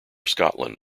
scotland